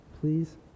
please